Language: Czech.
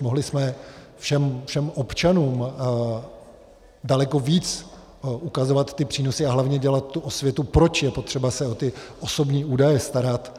Mohli jsme všem občanům daleko víc ukazovat ty přínosy a hlavně dělat tu osvětu, proč je potřeba se o ty osobní údaje starat.